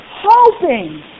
hoping